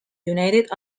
united